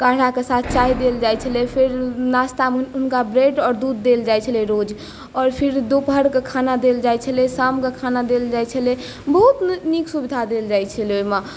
काढ़ाके साथ चाय देल जाइत छलै फेर नाश्तामे हुनका ब्रेड आओर दूध देल जाइत छलै रोज आओर फेर दोपहरके खाना देल जाइत छलै शामके खाना देल जाइत छलै बहुत नीक सुविधा देल जाइत छलै ओहिमे